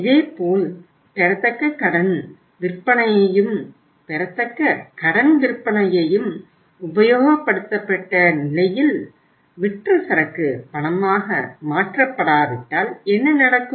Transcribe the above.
இதேபோல் பெறத்தக்க கடன் விற்பனையையும் உபயோகப்படுத்திவிட்ட நிலையில் விற்ற சரக்கு பணமாக மாற்றப்படாவிட்டால் என்ன நடக்கும்